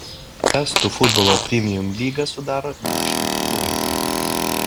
estų futbolo premium lygą sudaro dešimt klubų